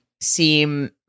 seem